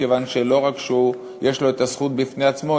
כיוון שלא רק שיש לו את הזכות בפני עצמו,